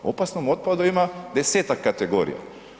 U opasnom otpadu ima 10-ak kategorija.